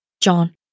John